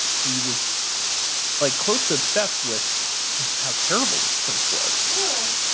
he was like close to obsessed with just how terrible this place was really?